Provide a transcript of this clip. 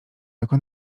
jako